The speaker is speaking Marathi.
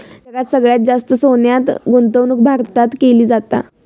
जगात सगळ्यात जास्त सोन्यात गुंतवणूक भारतात केली जाता